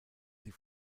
sie